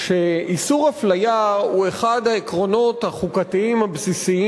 אשר יעלה ויבוא על מנת להציע את הצעת חוק חובת המכרזים